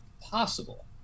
Possible